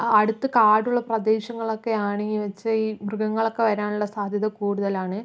അടുത്ത് കാടുള്ള പ്രദേശങ്ങളൊക്കെയാണ് എന്ന് വെച്ചാൽ ഈ മൃഗങ്ങളൊക്കെ വരാനുള്ള സാധ്യത കൂടുതലാണ്